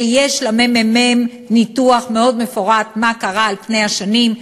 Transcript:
ויש לממ"מ ניתוח מאוד מפורט מה קרה על-פני השנים,